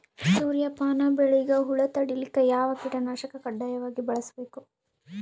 ಸೂರ್ಯಪಾನ ಬೆಳಿಗ ಹುಳ ತಡಿಲಿಕ ಯಾವ ಕೀಟನಾಶಕ ಕಡ್ಡಾಯವಾಗಿ ಬಳಸಬೇಕು?